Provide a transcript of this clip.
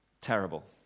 Terrible